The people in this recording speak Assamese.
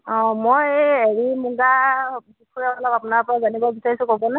অ' মই এ এৰি মুগা বিষয়ে অলপ আপোনাৰ পৰা জানিব বিচাৰিছো ক'বনে